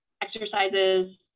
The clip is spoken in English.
exercises